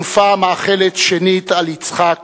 הונפה המאכלת שנית על יצחק,